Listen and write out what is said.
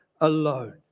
alone